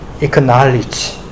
acknowledge